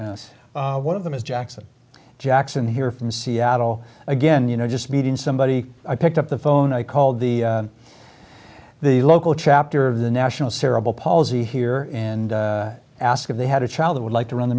yes one of them is jackson jackson here from seattle again you know just meeting somebody i picked up the phone i called the the local chapter of the national cerebral palsy here and ask if they had a child that would like to run